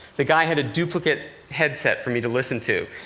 the guy had a duplicate headset for me to listen to.